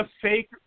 fake